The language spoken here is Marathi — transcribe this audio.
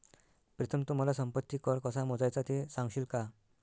प्रीतम तू मला संपत्ती कर कसा मोजायचा ते सांगशील का?